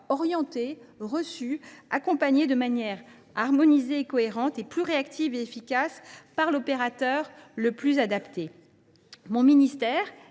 orientés, reçus et accompagnés de manière harmonisée, cohérente, mais aussi plus réactive et efficace, par l’opérateur le plus adapté. Mon ministère et